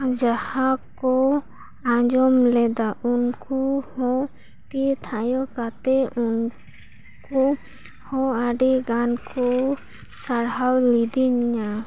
ᱡᱟᱦᱟᱸ ᱠᱚ ᱟᱸᱡᱚᱢ ᱞᱮᱫᱟ ᱩᱱᱠᱩ ᱦᱚᱸ ᱛᱤ ᱛᱷᱟᱭᱚ ᱠᱟᱛᱮ ᱩᱱᱠᱩ ᱦᱚᱸ ᱟᱹᱰᱤ ᱜᱟᱱ ᱠᱚ ᱥᱟᱨᱦᱟᱣ ᱞᱮᱫᱤᱧᱟᱹ